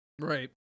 Right